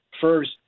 first